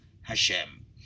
Hashem